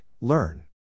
Learn